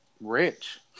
rich